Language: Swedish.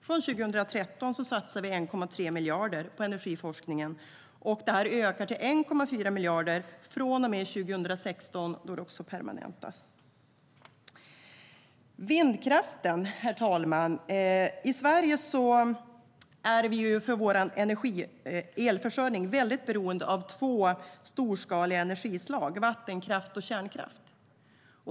Från och med 2013 satsar vi 1,3 miljarder på energiforskning. Det ökar till 1,4 miljarder från och med 2016 då det också permanentas. När det gäller vindkraften är vi i Sverige väldigt beroende av två storskaliga energislag för vår elförsörjning: vattenkraft och kärnkraft.